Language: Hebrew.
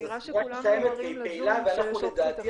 זו סביבה -- -והיא פעילה ואנחנו לדעתי,